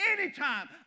anytime